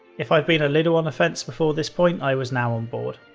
if i'd been a little on the fence before this point, i was now on board.